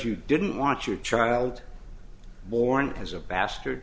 you didn't want your child born as a bastard